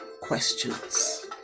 questions